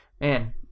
man